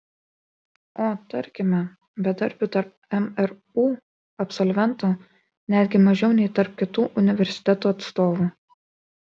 o tarkime bedarbių tarp mru absolventų netgi mažiau nei tarp kitų universitetų atstovų